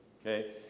okay